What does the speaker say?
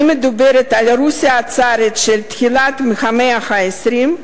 אני מדברת על רוסיה הצארית של תחילת המאה ה-20,